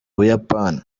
buyapani